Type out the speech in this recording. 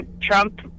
Trump